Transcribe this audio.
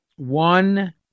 one